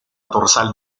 dorsal